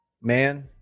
man